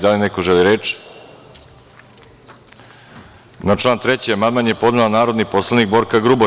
Da li neko želi reč? (Ne) Na član 3. amandman je podneo narodni poslanik Borka Grubor.